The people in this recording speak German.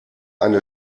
eine